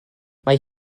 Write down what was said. mae